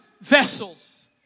vessels